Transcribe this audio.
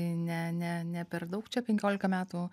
ne ne ne per daug čia penkiolika metų